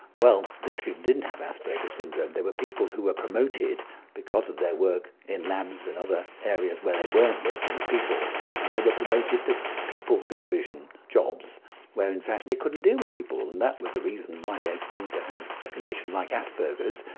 well, these people didn't have asperger's syndrome, they were people who were promoted because of their work in labs and other areas where they weren't working with people and they were promoted to people-supervision jobs where in fact they couldn't deal with people, and that was the reason why they seemed to have a condition like asperger's,